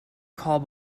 call